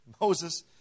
Moses